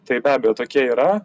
tai be abejo tokie yra